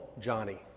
Johnny